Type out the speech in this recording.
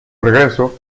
regreso